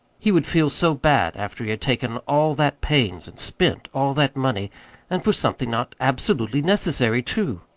he would feel so bad after he had taken all that pains and spent all that money and for something not absolutely necessary, too!